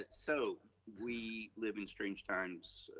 ah so we live in strange times.